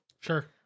sure